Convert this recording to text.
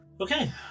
Okay